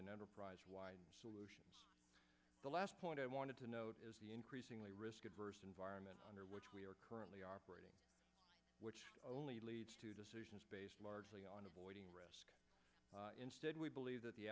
and enterprise wide solutions the last point i wanted to note is the increasingly risk adverse environment under which we are currently operating which only leads to decisions based largely on avoiding rests instead we believe that the